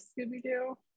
Scooby-Doo